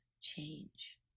change